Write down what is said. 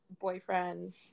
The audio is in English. boyfriend